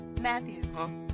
Matthew